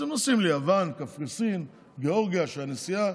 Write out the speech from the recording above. אז הם נוסעים ליוון, לקפריסין, לגיאורגיה, שהנסיעה